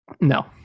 No